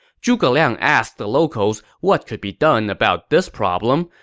zhuge liang asked the locals what could be done about this problem,